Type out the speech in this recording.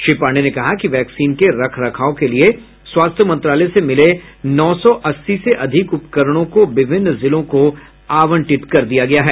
श्री पांडेय ने कहा कि वैक्सीन के रख रखाव के लिये स्वास्थ्य मंत्रालय से मिले नौ सौ अस्सी से अधिक उपकरणों को विभिन्न जिलों को आवंटित कर दिया गया है